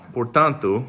Portanto